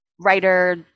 writer